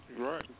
Right